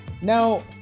Now